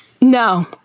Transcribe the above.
No